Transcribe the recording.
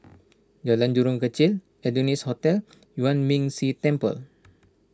Jalan Jurong Kechil Adonis Hotel Yuan Ming Si Temple